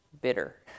bitter